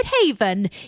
Haven